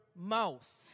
mouth